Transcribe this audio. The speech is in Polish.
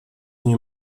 nie